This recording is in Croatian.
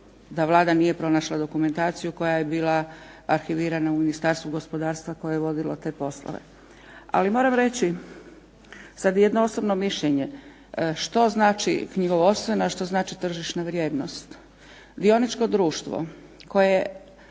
da Vlada nije pronašla dokumentaciju koja je bila arhivirana u Ministarstvu gospodarstva koje je vodilo te poslove. Ali moram reći sada jedno osobno mišljenje, što znači knjigovodstvena a što znači tržišna vrijednost. Dioničko društvo koje